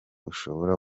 ushobora